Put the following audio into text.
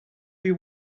you